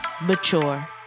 Mature